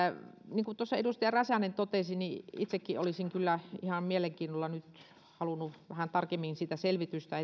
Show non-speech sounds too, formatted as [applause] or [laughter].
niin kuin tuossa edustaja räsänen totesi niin itsekin olisin kyllä ihan mielenkiinnolla halunnut vähän tarkemmin selvitystä [unintelligible]